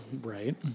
Right